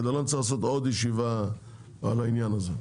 כדי שלא נצטרך לעשות עוד ישיבה על העניין הזה.